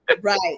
Right